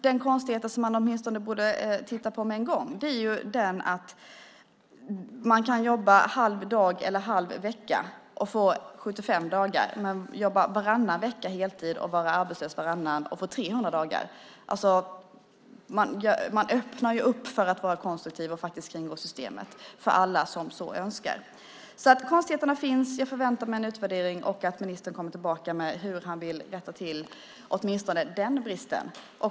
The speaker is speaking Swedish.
Den konstighet man genast borde titta på är den som innebär att man kan jobba halv dag eller halv vecka och få 75 dagar, men om man jobbar varannan vecka heltid och är arbetslös varannan får man 300 dagar. Man öppnar upp för alla som så önskar att vara konstruktiv och kringgå systemet. Konstigheterna finns alltså. Jag förväntar mig en utvärdering och att ministern kommer tillbaka och berättar hur han vill rätta till åtminstone den bristen.